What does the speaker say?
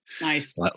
Nice